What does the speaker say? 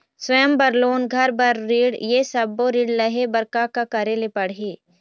स्वयं बर लोन, घर बर ऋण, ये सब्बो ऋण लहे बर का का करे ले पड़ही?